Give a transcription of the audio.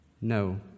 No